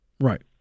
right